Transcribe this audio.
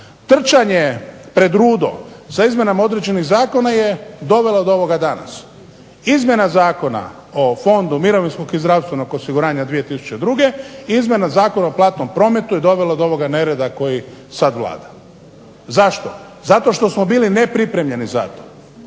trčanje pred rudo sa izmjenama određenih zakona je dovela do ovoga danas. Izmjena Zakona o Fondu mirovinskog i zdravstvenog osiguranja 2002. i izmjena Zakona o platnom prometu je dovela do ovoga nereda koji sad vlada. Zašto? Zato što smo bili nepripremljeni za to.